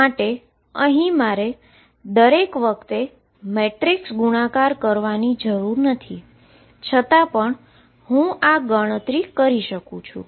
મારે અહી દરેક વખતે મેટ્રીક્સ ગુણાકાર કરવાની જરૂર નથી છતા પણ હું આ ગણતરી કરી શકું છું